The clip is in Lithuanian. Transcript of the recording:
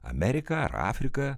ameriką ar afriką